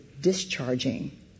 discharging